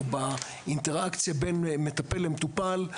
או באינטראקציה בין מטפל למטופל,